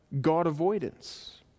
God-avoidance